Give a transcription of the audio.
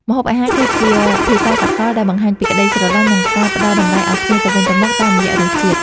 ម្ហូបអាហារគឺជាភាសាសកលដែលបង្ហាញពីក្តីស្រឡាញ់និងការផ្តល់តម្លៃឱ្យគ្នាទៅវិញទៅមកតាមរយៈរសជាតិ។